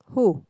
who